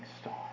star